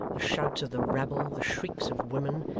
the shouts of the rabble, the shrieks of women,